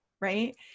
Right